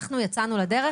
אנחנו יצאנו לדרך.